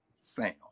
sound